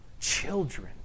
Children